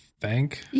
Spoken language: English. thank